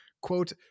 quote